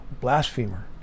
blasphemer